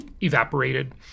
evaporated